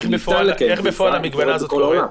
איך בפועל המגבלה הזאת קורית?